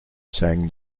sang